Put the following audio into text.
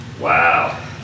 Wow